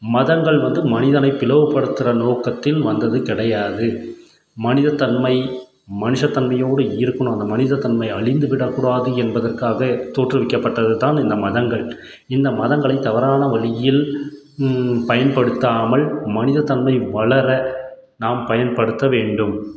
மதங்கள் வந்து மனிதனை பிளவுபடுத்துகிற நோக்கத்தில் வந்தது கிடையாது மனிதத்தன்மை மனுஷத் தன்மையோடு இருக்கணும் அந்த மனிதத்தன்மை அழிந்துவிடக் கூடாது என்பதற்காக தோற்றுவிக்கப்பட்டது தான் இந்த மதங்கள் இந்த மதங்களை தவறான வழியில் பயன்படுத்தாமல் மனிதத்தன்மை வளர நாம் பயன்படுத்த வேண்டும்